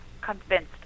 convinced